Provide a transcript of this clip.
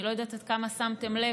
אני לא יודעת עד כמה שמתם לב,